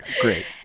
great